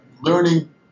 learning